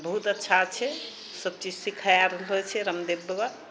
बहुत अच्छा छै सबचीज सिखाए रहलो छै रामदेव बाबा